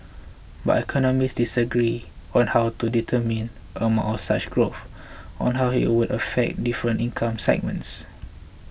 but economists disagree on how to determine of such growth or how it would affect different income segments